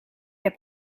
heb